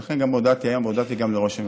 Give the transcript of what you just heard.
לכן גם הודעתי היום, הודעתי גם לראש הממשלה: